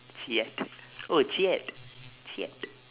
cheeat oh cheeat cheeat